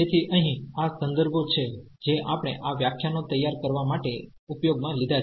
તેથી અહીં આ સંદર્ભો છે જે આપણે આ વ્યાખ્યાનો તૈયાર કરવા માટે ઉપયોગમાં લીધા છે અને